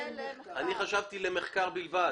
אני חשבתי למחקר בלבד.